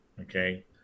Okay